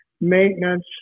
maintenance